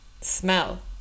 Smell